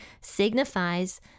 signifies